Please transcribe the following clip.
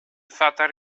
fattar